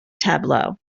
tableau